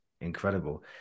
incredible